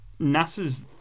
NASA's